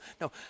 no